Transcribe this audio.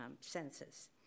census